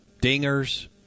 dingers